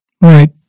Right